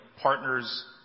partners